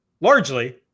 largely